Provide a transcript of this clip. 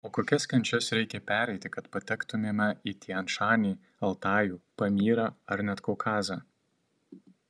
o kokias kančias reikia pereiti kad patektumėme į tian šanį altajų pamyrą ar net kaukazą